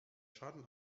schaden